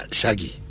Shaggy